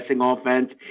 offense